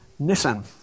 Nissan